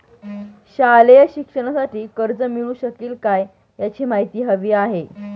शालेय शिक्षणासाठी कर्ज मिळू शकेल काय? याची माहिती हवी आहे